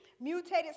mutated